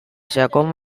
sakon